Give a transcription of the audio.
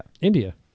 india